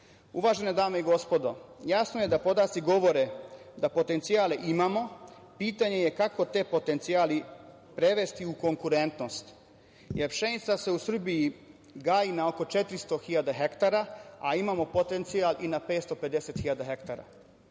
3,6%.Uvažene dame i gospodo, jasno je da podaci govore da potencijale imamo. Pitanje je kako te potencijale prevesti u konkurentnost? Jer, pšenica se u Srbiji gaji na oko 400 hiljada hektara, a imamo potencijal i na 550 hiljada hektara.